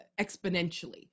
exponentially